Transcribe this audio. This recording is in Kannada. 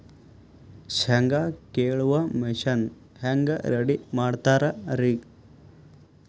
ಶೇಂಗಾ ಕೇಳುವ ಮಿಷನ್ ಹೆಂಗ್ ರೆಡಿ ಮಾಡತಾರ ರಿ?